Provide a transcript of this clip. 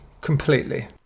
completely